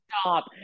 Stop